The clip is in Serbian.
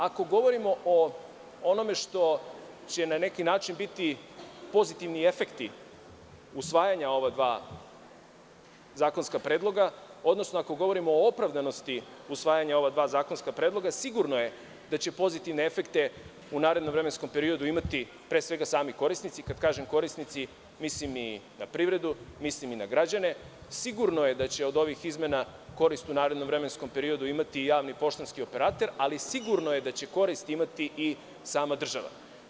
Ako govorimo o onome što će na neki način biti pozitivni efekti usvajanja ova dva zakonska predloga, odnosno ako govorimo o opravdanosti usvajanja ova dva zakonska predloga, sigurno je da će pozitivne efekte u narednom vremenskom periodu imati pre svega sami korisnici, kada kažem korisnici mislim i na privredu, mislim i na građane, sigurno je da će od ovih izmena korist u narednom vremenskom periodu imati javni poštanski operater, ali sigurno je da će korist imati i sama država.